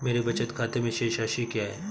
मेरे बचत खाते में शेष राशि क्या है?